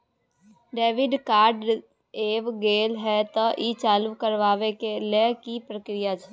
Debit card ऐब गेल हैं त ई चालू करबा के लेल की प्रक्रिया छै?